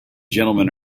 gentlemen